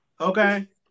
okay